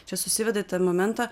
čia susiveda į tą momentą